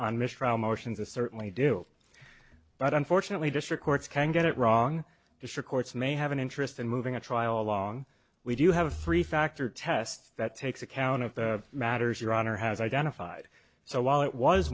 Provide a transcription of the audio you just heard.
on mistrial motions is certainly do but unfortunately district courts can get it wrong sure courts may have an interest in moving a trial along we do have a three factor test that takes account of the matters your honor has identified so while it was